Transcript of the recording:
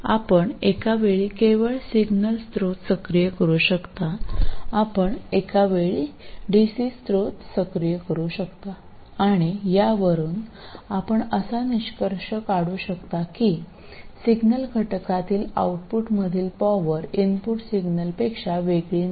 तर आपण एका वेळी केवळ सिग्नल स्त्रोत सक्रिय करू शकता आपण एका वेळी डीसी स्त्रोत सक्रिय करू शकता आणि यावरून आपण असा निष्कर्ष काढू शकता की सिग्नल घटकातील आउटपुटमधील पॉवर इनपुट सिग्नलपेक्षा वेगळी नाही